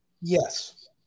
Yes